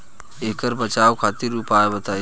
ऐकर बचाव खातिर उपचार बताई?